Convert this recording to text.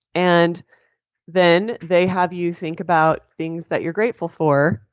and then they have you think about things that you're grateful for,